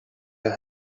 her